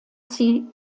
sie